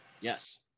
Yes